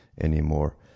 anymore